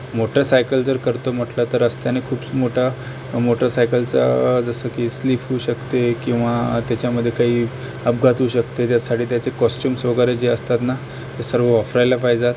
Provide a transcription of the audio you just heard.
motorcycle जर करतो म्हटलं तर रस्त्याने खूप मोठा मोटरसायकलचा जसं की स्लीप होऊ शकते किंवा त्याच्यामध्ये काही अपघात होऊ शकते ज्याचसाठी त्याचे कॉस्च्युम्स वगैरे जे असतात ना ते सर्व वाफरायला पाहिजात